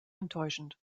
enttäuschend